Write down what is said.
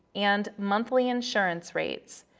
and monthly insurance rates.